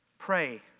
Pray